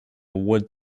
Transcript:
wood